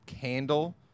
candle